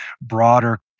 broader